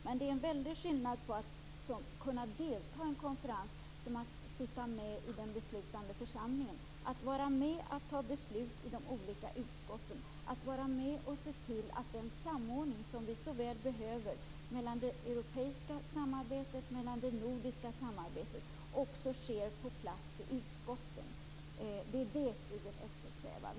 Men det är en väldig skillnad mellan att kunna delta i en konferens och att sitta med i den beslutande församlingen, att vara med och fatta beslut i de olika utskotten, att vara med och se till att den samordning som vi så väl behöver i det europeiska samarbetet, i det nordiska samarbetet också sker på plats i utskotten. Det är det vi eftersträvar.